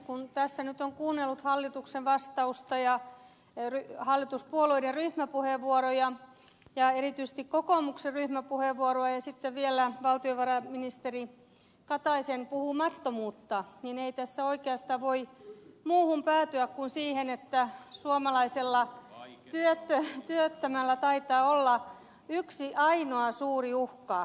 kun tässä nyt on kuunnellut hallituksen vastausta ja hallituspuolueiden ryhmäpuheenvuoroja ja erityisesti kokoomuksen ryhmäpuheenvuoroa ja sitten vielä valtiovarainministeri kataisen puhumattomuutta niin ei tässä oikeastaan voi muuhun päätyä kuin siihen että suomalaisella työttömällä taitaa olla yksi ainoa suuri uhka